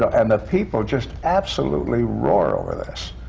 and the people just absolutely roar over this.